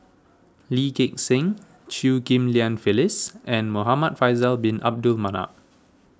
Lee Gek Seng Chew Ghim Lian Phyllis and Muhamad Faisal Bin Abdul Manap